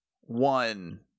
one